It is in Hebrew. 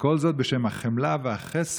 וכל זאת בשם החמלה והחסד